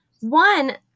One